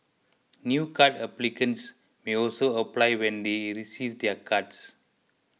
new card applicants may also apply when they receive their cards